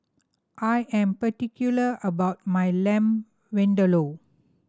I am particular about my Lamb Vindaloo